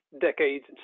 decades